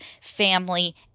family